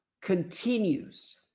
continues